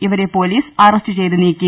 ഇവരെ police arrest ചെയ്ത് നീക്കി